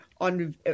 on